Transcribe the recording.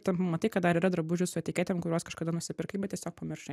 ten matai kad dar yra drabužių su etiketėm kurios kažkada nusipirkai bet tiesiog pamiršai